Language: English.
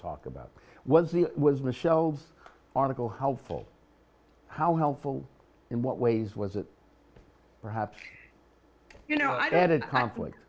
talk about was the was michelle article helpful how helpful in what ways was it perhaps you know